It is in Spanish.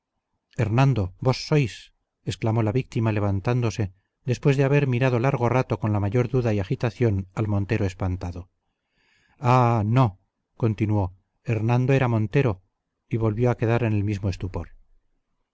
vos exclamó la víctima levantándose después de haber mirado largo rato con la mayor duda y agitación al montero espantado ah no continuó hernando era montero y volvió a quedar en el mismo estupor